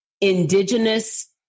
Indigenous